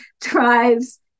drives